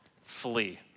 flee